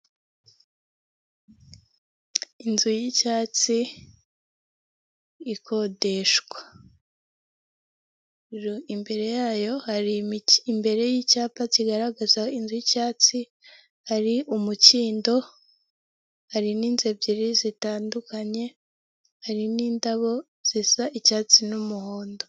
Inzu y'icyatsi ikodeshwa. Imbere yayo hari imiki imbere y'icyapa kigaragaza inzu y'icyatsi hari umukindo hari n'inzu ebyiri zitandukanye, hari n'indabo zisa icyatsi n'umuhondo.